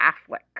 Catholic